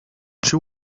two